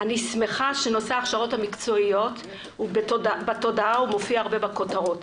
אני שמחה שנושא ההכשרות המקצועיות בתודעה ומופיע הרבה בכותרות.